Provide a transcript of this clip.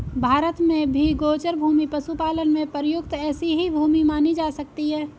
भारत में भी गोचर भूमि पशुपालन में प्रयुक्त ऐसी ही भूमि मानी जा सकती है